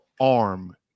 arm